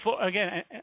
Again